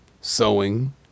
sewing